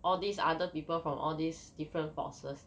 all these other people from all these different forces